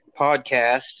podcast